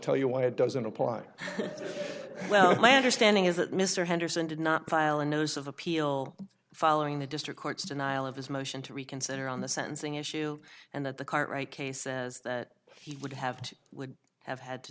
tell you why it doesn't apply well my understanding is that mr henderson did not file a notice of appeal following the district court's denial of his motion to reconsider on the sentencing issue and at the current rate case as he would have to would have had to